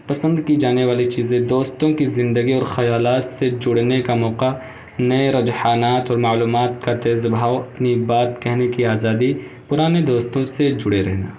پسند کی جانے والی چیزیں دوستوں کی زندگی اور خیالات سے جڑنے کا موقع نئے رجحانات اور معلومات کا تیز بہاؤ اپنی بات کہنے کی آزادی پرانے دوستوں سے جڑے رہنا